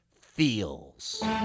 feels